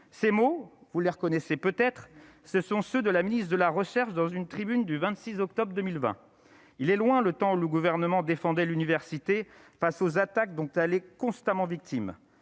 ces mots, vous les reconnaissez peut-être ce sont ceux de la ministre de la recherche, dans une tribune du 26 octobre 2020, il est loin le temps où le gouvernement défendait l'université face aux attaques dont elle est constamment victime